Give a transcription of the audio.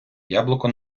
яблуко